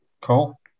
Cool